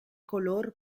color